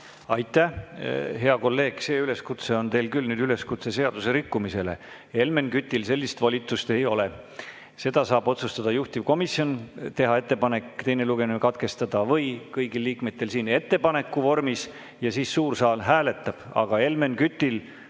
Aitäh, hea kolleeg! See üleskutse on küll üleskutse seaduserikkumisele. Helmen Kütil sellist volitust ei ole. Seda saab otsustada juhtivkomisjon, teha ettepaneku teine lugemine katkestada, või kõik liikmed siin ettepaneku vormis, ja siis suur saal hääletab. Aga Helmen Kütil